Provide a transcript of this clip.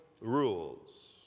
rules